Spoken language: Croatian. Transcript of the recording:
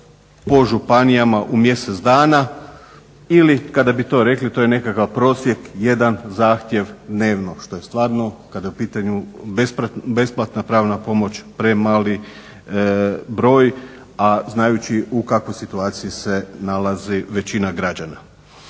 po županijama u mjesec dana ili kada bi to rekli to je nekakav prosjek jedan zahtjev dnevno što je stvarno kada je u pitanju besplatna pravna pomoć premali broj, a znajući u kakvoj situaciji se nalazi većina građana.